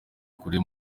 kure